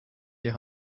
hier